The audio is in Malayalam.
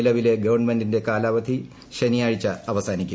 നിലവിലെ ഗവൺമെന്റിന്റെ കാലാവധി ശനിയാഴ്ച അവസാനിക്കും